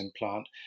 implant